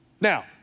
Now